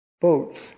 boats